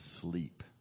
sleep